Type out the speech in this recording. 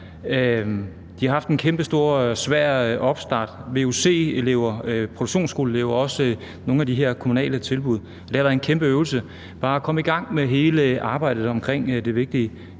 De har haft en kæmpestor, svær opstart: vuc-elever, produktionsskoleelever og også nogle fra de her kommunale tilbud. Det har været en kæmpe øvelse bare at komme i gang med hele arbejdet omkring det vigtige